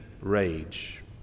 rage